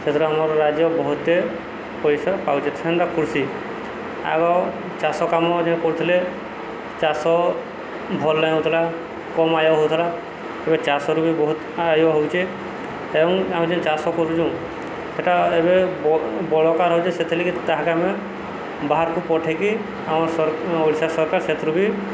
ସେଥିରୁ ଆମର ରାଜ୍ୟ ବହୁତ ପଇସା ପାଉଛି ସେଟା କୃଷି ଆଗ ଚାଷ କାମ ଯେ କରୁଥିଲେ ଚାଷ ଭଲ ହେଉନଥିଲା କମ ଆୟ ହେଉଥିଲା ଏବେ ଚାଷରୁ ବି ବହୁତ ଆୟ ହେଉଛି ଏବଂ ଆମେ ଯେଉଁ ଚାଷ କରୁଛୁ ସେଟା ଏବେ ବଳକା ହେଉଛି ସେଥିଲାଗି ତାହାକୁ ଆମେ ବାହାରକୁ ପଠେଇକି ଆମ ଓଡ଼ିଶା ସରକାର ସେଥିରୁ ବି